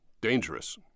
dangerous